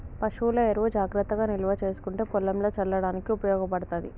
పశువుల ఎరువు జాగ్రత్తగా నిల్వ చేసుకుంటే పొలంల చల్లడానికి ఉపయోగపడ్తది